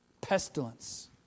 pestilence